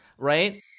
right